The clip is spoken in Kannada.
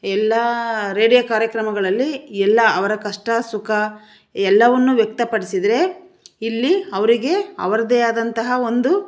ಎಲ್ಲಾ ರೇಡಿಯೋ ಕಾರ್ಯಕ್ರಮಗಳಲ್ಲಿ ಎಲ್ಲ ಅವರ ಕಷ್ಟ ಸುಖ ಎಲ್ಲವನ್ನು ವ್ಯಕ್ತಪಡಿಸಿದ್ರೆ ಇಲ್ಲಿ ಅವರಿಗೆ ಅವರದ್ದೇ ಆದಂತಹ ಒಂದು